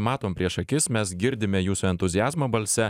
matom prieš akis mes girdime jūsų entuziazmą balse